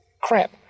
crap